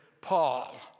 Paul